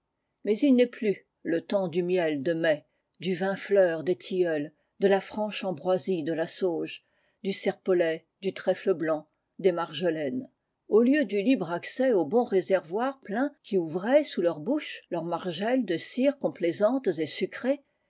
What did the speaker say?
mais il n'est plus le temps du miel de mai du vin fleur des tilleuls de la franche ambroisie de la sauge du serpolet du trèfle blanc des marjolaines au lieu du libre accès aux bons réservoirs pleins qui ouvraient sous leur bouche leurâ margelles de cire complaisantes et sucrées